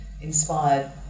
inspired